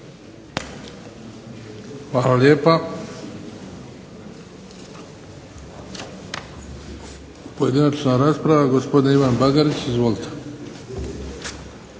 Hvala lijepa. Pojedinačna rasprava. Gospodin Ivan Bagarić, izvolite.